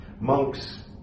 Monks